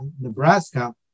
Nebraska